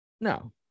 No